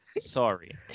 Sorry